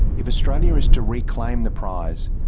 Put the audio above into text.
if australia is to reclaim the prize,